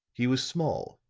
he was small,